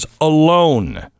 alone